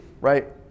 right